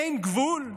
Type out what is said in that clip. אין גבול?